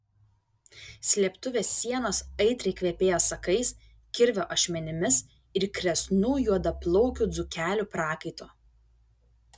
slėptuvės sienos aitriai kvepėjo sakais kirvio ašmenimis ir kresnų juodaplaukių dzūkelių prakaitu